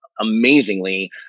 amazingly